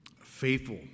Faithful